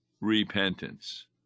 repentance